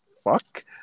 fuck